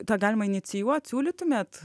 tą galima inicijuot siūlytumėt